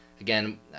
again